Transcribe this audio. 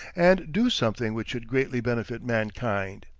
and do something which should greatly benefit mankind.